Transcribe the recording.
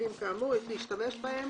ורכיבים כאמור יש להשתמש בהם"."